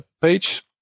page